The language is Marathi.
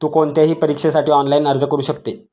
तु कोणत्याही परीक्षेसाठी ऑनलाइन अर्ज करू शकते